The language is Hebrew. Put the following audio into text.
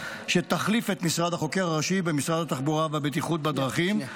שתחליף את משרד החוקר הראשי במשרד התחבורה והבטיחות בדרכים.